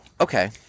Okay